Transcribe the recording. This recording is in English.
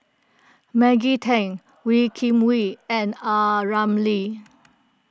Maggie Teng Wee Kim Wee and A Ramli